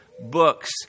books